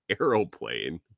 aeroplane